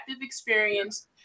experience